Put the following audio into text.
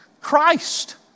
Christ